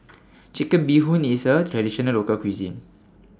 Chicken Bee Hoon IS A Traditional Local Cuisine